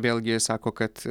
vėlgi sako kad